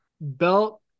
belt